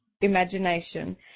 imagination